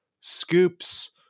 scoops